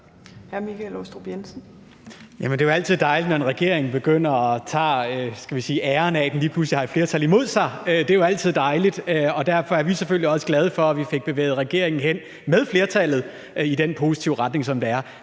det er jo altid dejligt, når en regering, skal vi sige, begynder at tage æren for, at den lige pludselig har et flertal imod sig. Det er jo altid dejligt, og derfor er vi selvfølgelig også glade for, at vi – med flertallet – fik bevæget regeringen hen i den positive retning, som det er.